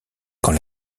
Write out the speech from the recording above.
quand